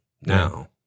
now